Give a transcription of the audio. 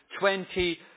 20